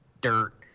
dirt